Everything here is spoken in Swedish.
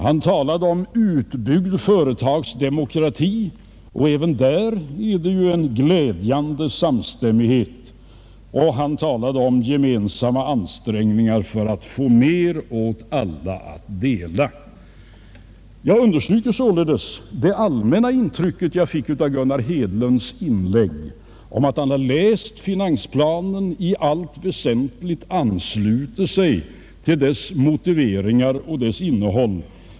Han talade om utbyggd företagsdemokrati, och även där råder ju en glädjande samstämmighet. Han talade också om gemensamma ansträngningar för att få mer åt alla att dela. Jag understryker således det allmänna intryck jag fick av Gunnar Hedlunds inlägg att han har läst finansplanen och i allt väsentligt ansluter sig till dess motiveringar och innehåll.